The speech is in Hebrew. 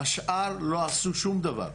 השאר לא עשו שום דבר.